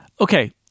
Okay